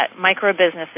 micro-businesses